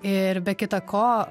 ir be kita ko